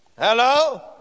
Hello